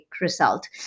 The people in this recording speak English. result